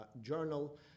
journal